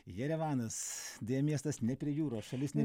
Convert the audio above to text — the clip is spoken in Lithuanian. jerevanas deja miestas ne prie jūros šalis ne